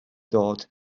dod